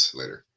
later